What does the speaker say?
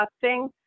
testing